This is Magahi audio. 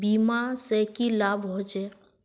बीमा से की लाभ होचे?